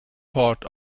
part